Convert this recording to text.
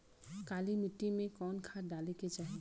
काली मिट्टी में कवन खाद डाले के चाही?